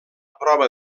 prova